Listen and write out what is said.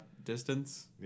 distance